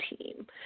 team